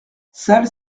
salle